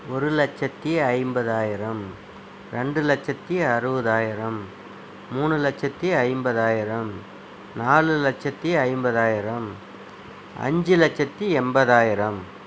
ஒரு லட்சத்தி ஐம்பதாயிரம் ரெண்டு லட்சத்தி அறுபதாயிரம் முணு லட்சத்தி ஐம்பதாயிரம் நாலு லட்சத்தி ஐம்பதாயிரம் அஞ்சு லட்சத்தி எண்பதாயிரம்